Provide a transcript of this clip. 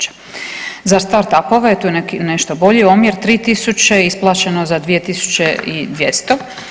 Za start up-ove tu je nešto bolji omjer, 3000 isplaćeno za 2200.